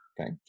okay